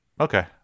okay